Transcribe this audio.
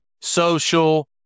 social